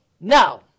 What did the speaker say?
No